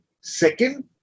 Second